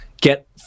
get